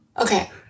Okay